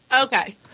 Okay